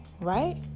right